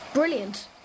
Brilliant